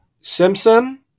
Simpson